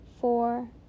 four